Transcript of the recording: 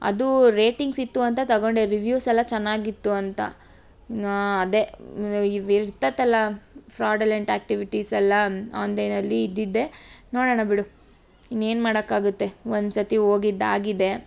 ಅದು ರೇಟಿಂಗ್ಸ್ ಇತ್ತು ಅಂತ ತಗೊಂಡೆ ರಿವ್ಯೂಸ್ ಎಲ್ಲ ಚೆನ್ನಾಗಿತ್ತು ಅಂತ ಅದೇ ಇವು ಇರ್ತದಲ್ಲ ಫ್ರೋಡಲೆಂಟ್ ಆ್ಯಕ್ಟಿವಿಟೀಸ್ ಎಲ್ಲ ಆನ್ಲೈನಲ್ಲಿ ಇದ್ದಿದ್ದೇ ನೋಡೋಣ ಬಿಡು ಇನ್ನೇನು ಮಾಡೋಕ್ಕಾಗುತ್ತೆ ಒಂದು ಸತಿ ಹೋಗಿದ್ದಾಗಿದೆ